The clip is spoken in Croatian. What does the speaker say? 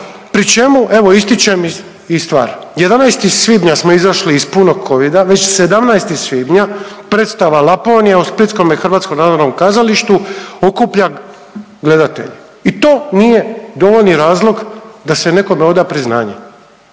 pri čemu, evo ističem i stvar, 11. svibnja smo izašli iz punog covida, već 17. svibnja predstava „Laponija“ u splitskom HNK okuplja gledatelje i to nije dovoljni razlog da se nekome oda priznanje.